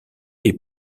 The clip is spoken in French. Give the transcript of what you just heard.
est